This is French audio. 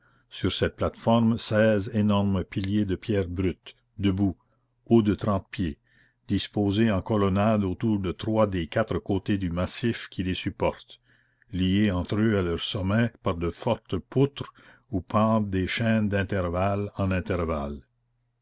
sur cette plate-forme seize énormes piliers de pierre brute debout hauts de trente pieds disposés en colonnade autour de trois des quatre côtés du massif qui les supporte liés entre eux à leur sommet par de fortes poutres où pendent des chaînes d'intervalle en intervalle